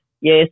yes